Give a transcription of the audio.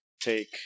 Take